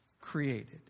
created